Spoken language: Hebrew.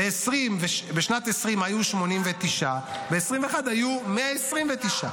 והטענה שלי מדויקת.